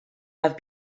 have